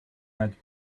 had